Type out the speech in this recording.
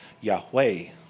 Yahweh